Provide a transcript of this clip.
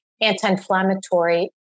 anti-inflammatory